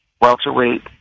welterweight